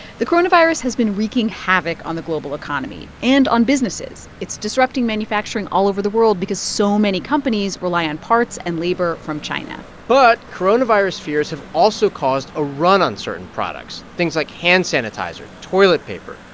the coronavirus has been wreaking havoc on the global economy and on businesses. it's disrupting manufacturing all over the world because so many companies rely on parts and labor from china but coronavirus fears have also caused a run on certain products things like hand sanitizer, toilet paper,